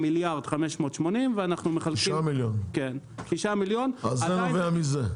זה נובע מזה?